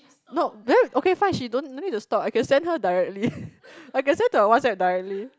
no because okay fine she don't let's me to stop I can send her directly I can send to her WhatsApp directly